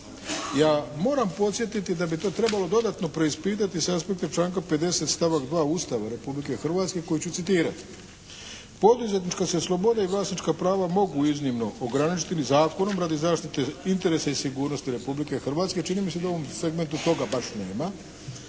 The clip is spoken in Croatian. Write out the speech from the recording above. Ja moram podsjetiti da bi to trebalo dodatno preispitati s aspekta članka 50. stavak 2. Ustava Republike Hrvatske koji ću citirati: "Poduzetnička se sloboda i vlasnička prava mogu iznimno ograničiti ili zakonom radi zaštite interesa i sigurnosti Republike Hrvatske…", čini mi se da u ovom segmentu toga baš nema,